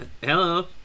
hello